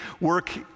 work